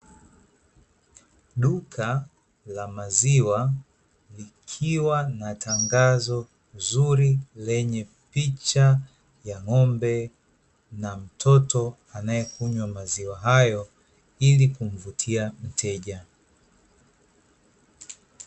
Duka la maziwa, likiwa na tangazo zuri lenye picha ya ng'ombe na mtoto anayekunywa maziwa hayo, ili kumvutia mteja.